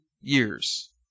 years